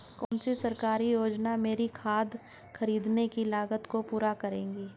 कौन सी सरकारी योजना मेरी खाद खरीदने की लागत को पूरा करेगी?